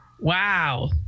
Wow